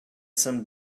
some